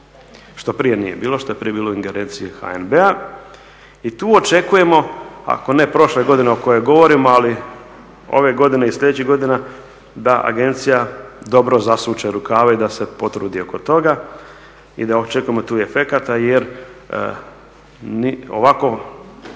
što prije nije bilo, što je prije bilo u ingerenciji HNB-a. I tu očekujemo, ako ne prošle godine o kojoj govorimo, ali ove godine i sljedećih godina da agencija dobro zasuče rukave i da se potrudi oko toga i da očekujemo tu i efekata. Jer ovako